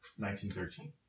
1913